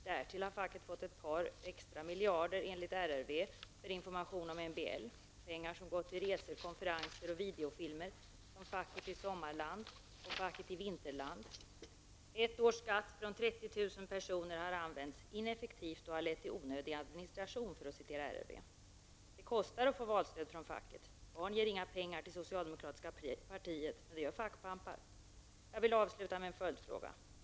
Därtill har facket fått ett par extra miljarder enligt RRV för information om MBL, pengar som har gått till resor, konferenser och videofilmer, t.ex. Ett års skatt från 30 000 personer har använts ineffektivt och lett till onödig administration, enligt Det kostar att få valstöd från facket. Barn ger inga pengar till det socialdemokratiska partiet, men det gör fackpampar. Jag vill avsluta med en följdfråga.